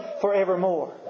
forevermore